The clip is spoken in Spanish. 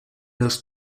los